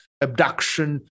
abduction